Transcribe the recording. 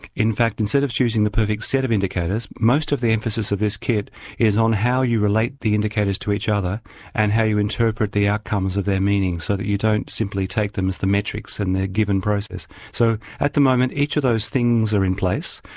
in fact instead of choosing the perfect set of indicators, most of the emphasis of this kit is on how you relate the indicators to each other and how you interpret the outcomes of their meaning, so that you don't simply take them as the metrics and they're given process. so at the moment, each of those things are in place,